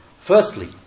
Firstly